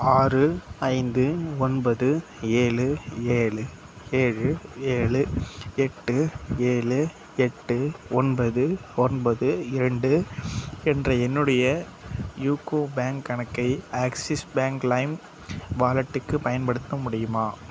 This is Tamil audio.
ஆறு ஐந்து ஒன்பது ஏழு ஏழு ஏழு ஏழு எட்டு ஏழு எட்டு ஒன்பது ஒன்பது இரண்டு என்ற என்னுடைய யூகோ பேங்க் கணக்கை ஆக்ஸிஸ் பேங்க் லைம் வாலெட்டுக்கு பயன்படுத்த முடியுமா